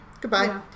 goodbye